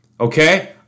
okay